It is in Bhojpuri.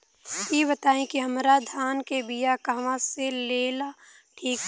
इ बताईं की हमरा धान के बिया कहवा से लेला मे ठीक पड़ी?